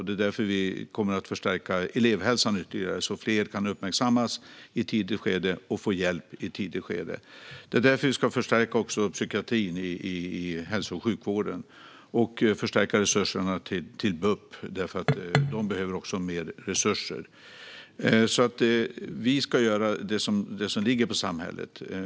Vi kommer därför att förstärka elevhälsan ytterligare så att fler kan uppmärksammas och få hjälp i ett tidigt skede. Vi ska därför också förstärka psykiatrin i hälso och sjukvården och förstärka resurserna till BUP, som också behöver mer resurser. Vi ska göra det som ligger på samhället.